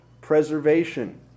preservation